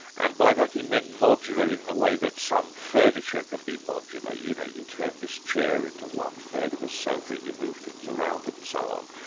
and by that he meant modular in the way that some furniture can be modular, you know, you turn this chair into one-third of a sofa, you move things around and so on.